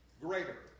greater